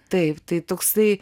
taip tai toksai